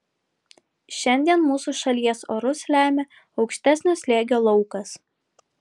šiandien mūsų šalies orus lemia aukštesnio slėgio laukas